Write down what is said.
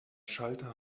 schalter